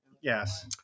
yes